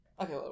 okay